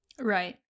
Right